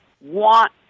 want